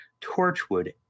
Torchwood